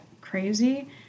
crazy